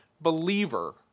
believer